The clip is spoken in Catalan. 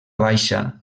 baixa